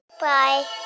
bye